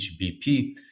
HBP